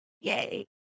Yay